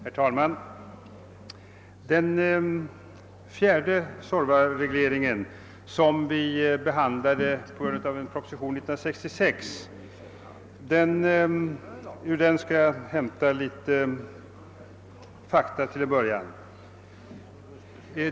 Herr talman! Ur den proposition år 1966 som låg till grund för den fjärde Suorvaregleringen skall jag till en början hämta några fakta.